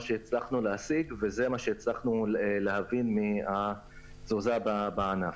שהצלחנו להשיג וזה מה שהצלחנו להבין מהתזוזה בענף.